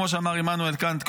כמו שאמר עמנואל קאנט,